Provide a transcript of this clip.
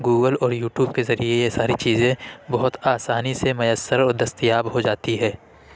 Google اور YouTube کے ذریعے یہ ساری چیزیں بہت آسانی سے میسر اور دستیاب ہو جاتی ہے